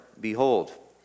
Behold